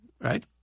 right